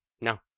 No